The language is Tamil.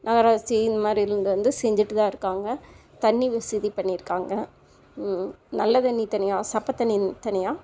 நகராட்சி இந்த மாதிரி இதுலேருந்து செஞ்சுட்டு தான் இருக்காங்க தண்ணி வசதி பண்ணியிருக்காங்க நல்ல தண்ணி தனியாக சப்பை தண்ணி தனியாக